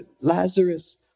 Lazarus